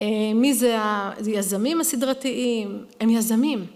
מי זה היזמים הסדרתיים, הם יזמים